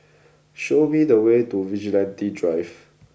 show me the way to Vigilante Drive